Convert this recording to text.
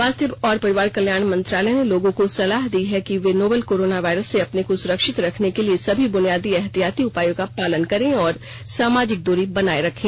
स्वास्थ्य और परिवार कल्याण मंत्रालय ने लोगों को सलाह दी है कि वे नोवल कोरोना वायरस से अपने को सुरक्षित रखने के लिए सभी बुनियादी एहतियाती उपायों का पालन करें और सामाजिक दूरी बनाए रखें